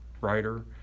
writer